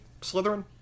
Slytherin